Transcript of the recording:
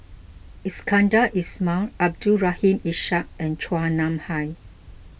Iskandar Ismail Abdul Rahim Ishak and Chua Nam Hai